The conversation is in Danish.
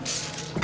Tak